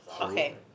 Okay